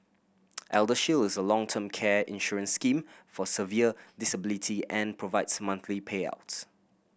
ElderShield is a long term care insurance scheme for severe disability and provides monthly payouts